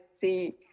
see